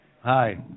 Hi